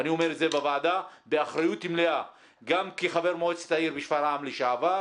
ואני אומר את זה בוועדה באחריות מלאה גם כחבר מועצת העיר בשפרעם לשעבר,